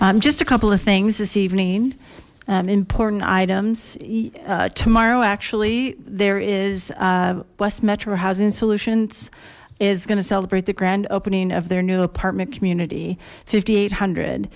i'm just a couple of things this evening important items tomorrow actually there is west metro housing solutions is going to celebrate the grand opening of their new apartment community five thousand eight hundred